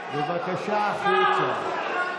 בבקשה החוצה.